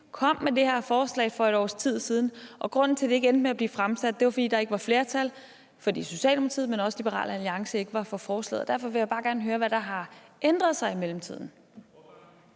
kom med det her forslag for et års tid siden, og at grunden til, at det ikke endte med at blive fremsat, var, at der ikke var flertal, fordi Socialdemokratiet, men også Liberal Alliance, ikke var for forslaget. Derfor vil jeg bare gerne høre, hvad der har ændret sig i mellemtiden.